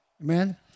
Amen